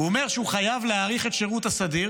הוא אומר שהוא חייב להאריך את שירות הסדיר